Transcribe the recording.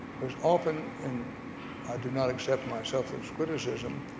because often and i do not accept myself as criticism,